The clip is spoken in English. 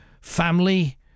family